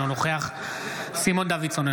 אינו נוכח סימון דוידסון,